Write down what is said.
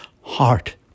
heart